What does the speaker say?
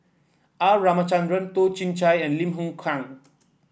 R Ramachandran Toh Chin Chye and Lim Hng Kiang